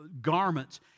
garments